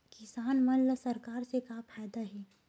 किसान मन ला सरकार से का फ़ायदा हे?